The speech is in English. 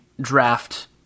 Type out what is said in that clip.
draft